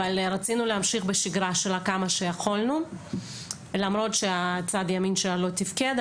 אבל רצינו להמשיך בשגרה שלה כמה שיכולנו למרות שצד ימין שלה לא תפקד,